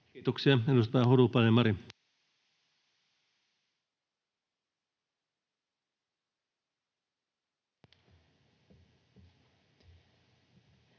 Kiitoksia. — Edustaja Holopainen, Mari.